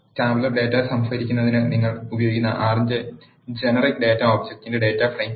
tabular data സംഭരിക്കുന്നതിന് നിങ്ങൾ ഉപയോഗിക്കുന്ന R ന്റെ ജനറിക് ഡാറ്റ ഒബ് ജക്റ്റുകളാണ് ഡാറ്റ ഫ്രെയിം